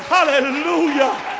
Hallelujah